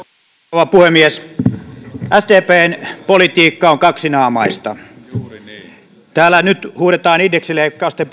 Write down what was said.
rouva puhemies sdpn politiikka on kaksinaamaista täällä nyt huudetaan indeksileikkausten